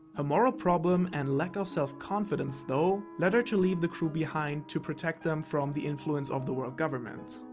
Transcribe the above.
ah moral problem and lack of self-confidence though, lead her to leave the crew behind, to protect them from the influence of the world government.